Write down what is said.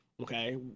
Okay